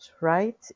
right